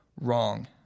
wrong